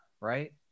Right